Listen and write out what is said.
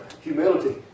humility